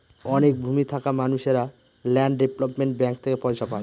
অনেক ভূমি থাকা মানুষেরা ল্যান্ড ডেভেলপমেন্ট ব্যাঙ্ক থেকে পয়সা পায়